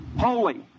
Holy